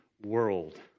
world